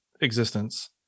existence